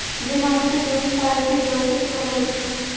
যে মাটিতে জমির পাইপ দিয়ে জলসেচ কোরা হচ্ছে